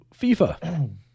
FIFA